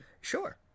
Sure